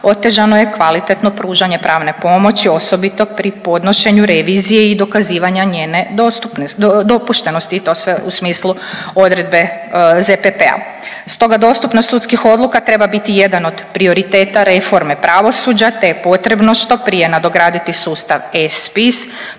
otežano je kvalitetno pružanje pravne pomoći osobito pri podnošenju revizije i dokazivanja njene dopuštenosti i to sve u smislu odredbe ZPP-a. Stoga dostupnost sudskih odluka treba biti jedan od prioriteta reforme pravosuđa te je potrebno što prije nadograditi sustav e-spis